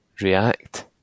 react